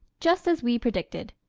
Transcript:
just as we predicted.